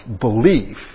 belief